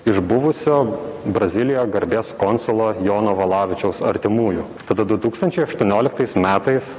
iš buvusio brazilijoj garbės konsulo jono valavičiaus artimųjų tada du tūkstančiai aštuonioliktais metais